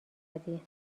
زدی